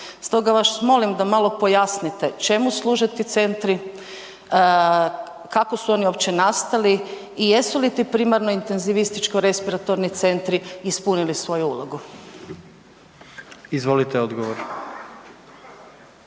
Stoga vas molim da malo pojasnite čemu služe ti centri, kako su oni uopće nastali i jesu li ti primarno intenzivističko-respiratornim centri ispunili svoju ulogu? **Jandroković,